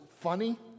funny